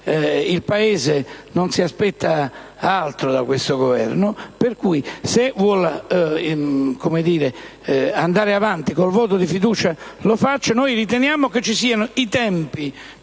il Paese non si aspetta altro da questo Governo. Pertanto, se vuole andare avanti con il voto di fiducia, lo faccia. Noi riteniamo che ci siano i tempi